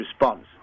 response